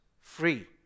free